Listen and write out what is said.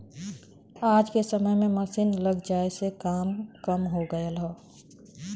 आज के समय में मसीन लग जाये से काम कम हो गयल हौ